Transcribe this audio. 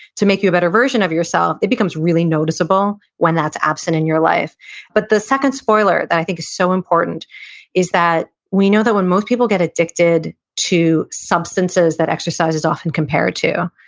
to make you a better version of yourself, it becomes really noticeable when that's absent in your life but the second spoiler that i think is so important is that we know that when most people get addicted to substances that exercise is often compared to,